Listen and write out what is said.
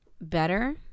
better